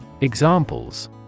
Examples